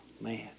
man